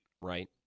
right